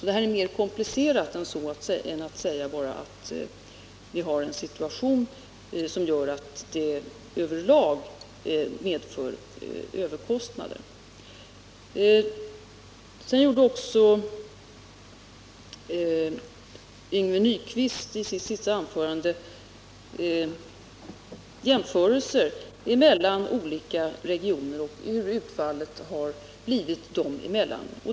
Detta är mer komplicerat än att bara säga att vi har en situation som över lag medför överkostnader. Yngve Nyquist gjorde i sitt senaste anförande också jämförelser av hur utfallet blivit mellan olika regioner.